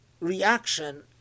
reaction